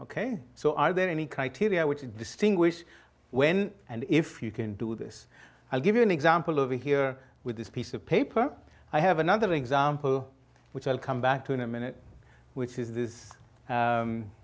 ok so are there any criteria which distinguish when and if you can do this i'll give you an example over here with this piece of paper i have another example which i'll come back to in a minute which is this